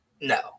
No